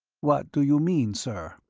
what do you mean, sir?